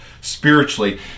spiritually